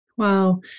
Wow